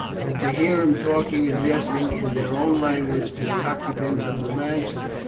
and to hear him talking and jesting in their own language to the occupants of the mansion,